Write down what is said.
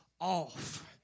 off